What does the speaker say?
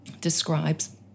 describes